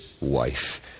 wife